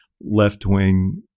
left-wing